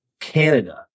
canada